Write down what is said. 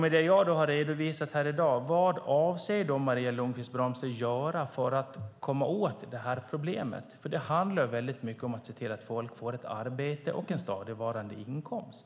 Med det jag har redovisat här i dag, vad avser Maria Lundqvist-Brömster att göra för att komma åt det här problemet? Det handlar väldigt mycket om att se till att folk får ett arbete och en stadigvarande inkomst.